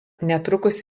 netrukus